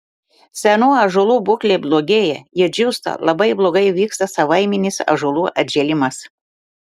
senų ąžuolų būklė blogėja jie džiūsta labai blogai vyksta savaiminis ąžuolų atžėlimas